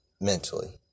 mentally